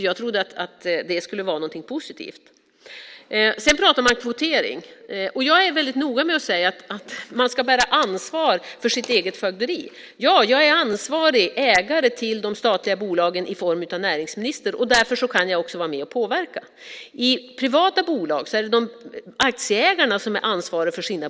Jag trodde att det skulle vara något positivt. Sedan pratar man om kvotering. Jag är noga med att säga att man ska bära ansvar för sitt eget fögderi. Jag är ansvarig ägare till de statliga bolagen i min egenskap av näringsminister. Därför kan jag också vara med och påverka. I privata bolag är det aktieägarna som är ansvariga.